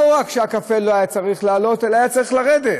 לא רק שמחיר הקפה לא היה צריך לעלות אלא הוא היה צריך לרדת.